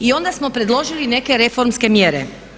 I onda smo predložili neke reformske mjere.